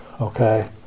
okay